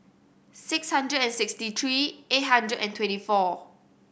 six hundred and sixty three eight hundred and twenty four